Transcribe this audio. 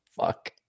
Fuck